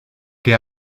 que